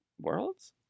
world's